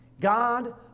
God